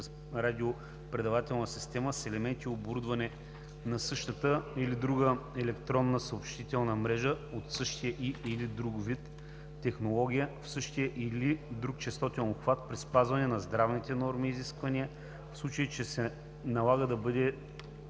от радиопредавателната система, с елементи и оборудване на същата или друга електронна съобщителна мрежа от същия и/или друг вид технология в същия или друг честотен обхват, при спазване на здравните норми и изисквания, в случай че не се налага да бъдат